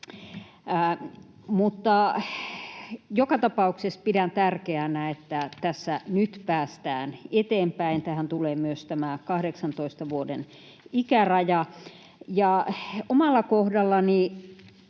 Joka tapauksessa pidän tärkeänä, että tässä nyt päästään eteenpäin. Tähän tulee myös tämä 18 vuoden ikäraja. Omalla kohdallani